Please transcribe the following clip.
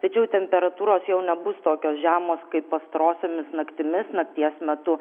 tačiau temperatūros jau nebus tokios žemos kaip pastarosiomis naktimis nakties metu